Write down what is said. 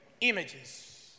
images